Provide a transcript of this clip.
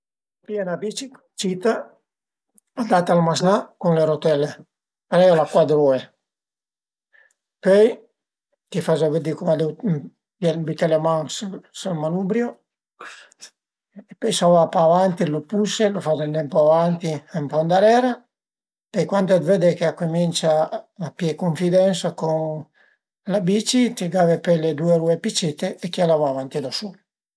Pìe 'na bici cita, adata al maznà cun le rotelle, parei al a cuat rue, pöi t'ie faze vëddi cum a deu büté le man sül manubrio, pöi s'a va pa avanti, lu puse, lu faze andé ün po avanti e ën po ëndarera e cuande vëde che a cumincia a pìé cunfidensa con la bici t'ie gave pöi le due rue pi cite e chiel a va avanti da sul